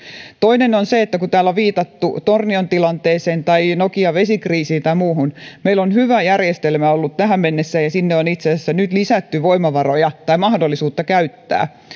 toinen liittyy siihen kun täällä on viitattu tornion tilanteeseen tai nokian vesikriisiin tai muuhun meillä on hyvä järjestelmä ollut tähän mennessä ja sinne on nyt itse asiassa lisätty voimavaroja tai mahdollisuutta käyttää